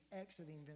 exiting